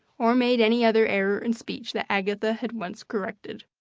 or made any other error in speech that agatha had once corrected.